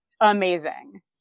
amazing